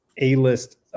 A-list